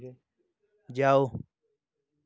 जाओ